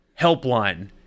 helpline